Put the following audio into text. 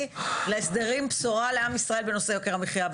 בחוק ההסדרים בשורה לעם ישראל בנושא יוקר המחיה.